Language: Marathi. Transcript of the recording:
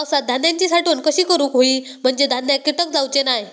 पावसात धान्यांची साठवण कशी करूक होई म्हंजे धान्यात कीटक जाउचे नाय?